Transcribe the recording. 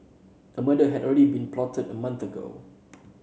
a murder had already been plotted a month ago